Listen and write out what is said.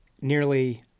nearly